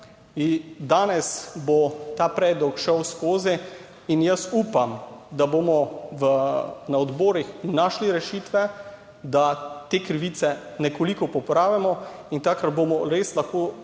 Danes bo ta predlog šel skozi in jaz upam, da bomo na odborih našli rešitve, da te krivice nekoliko popravimo in takrat bomo res lahko